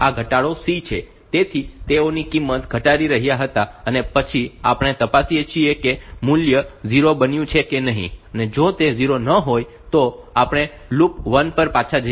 તેથી તેઓ C ની કિંમત ઘટાડી રહ્યા હતા અને પછી આપણે તપાસીએ છીએ કે મૂલ્ય 0 બન્યું છે કે નહીં અને જો તે 0 ન હોય તો આપણે લૂપ 1 પર પાછા જઈએ છીએ